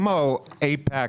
כמו אייפאקס,